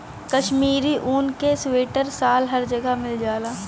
कशमीरी ऊन क सीवटर साल हर जगह मिल जाला